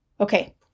Okay